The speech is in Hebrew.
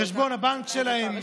חשבון הבנק שלהם,